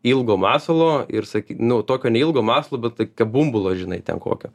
ilgo masalo ir saky nu tokio ne ilgo masalo bet tokio bumbulo žinai ten kokio